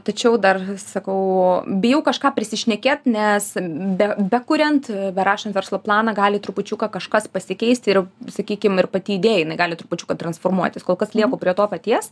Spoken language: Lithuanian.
tačiau dar sakau bijau kažką prisišnekėt nes be bekuriant berašant verslo planą gali trupučiuką kažkas pasikeisti ir sakykim ir pati idėja jinai gali trupučiuką transformuotis kol kas lieku prie to paties